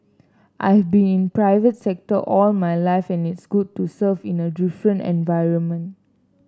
I've been in private sector all my life and it's good to serve in a different environment